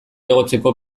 igotzeko